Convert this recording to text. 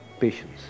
Patience